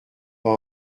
pas